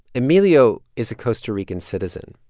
emilio is a costa rican citizen.